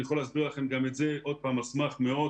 אני יכול להסביר לכם גם את זה על סמך מאות,